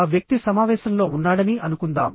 ఆ వ్యక్తి సమావేశంలో ఉన్నాడని అనుకుందాం